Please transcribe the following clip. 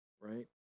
right